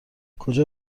کجا